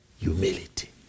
humility